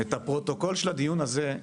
את הפרוטוקול של הדיון הזה,